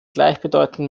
gleichbedeutend